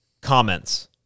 comments